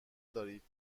دارید